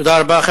תודה רבה.